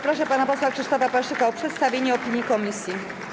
Proszę pana posła Krzysztofa Paszyka o przedstawienie opinii komisji.